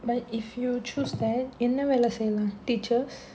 but if you choose that என்ன வேலை செய்யலாம்:enna vaelai seyyalaam did you choose